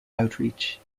outreach